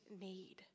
need